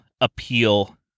appeal